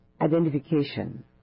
identification